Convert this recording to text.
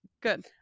good